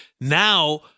Now